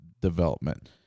development